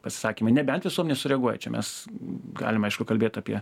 pasisakymai nebent visuomenė sureaguoja čia mes galim aišku kalbėt apie